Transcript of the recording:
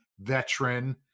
veteran